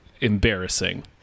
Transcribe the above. embarrassing